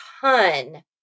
ton